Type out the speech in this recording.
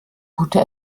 gute